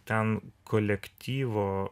ten kolektyvo